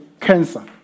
cancer